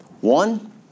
One